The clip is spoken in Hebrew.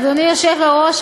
אדוני היושב-ראש,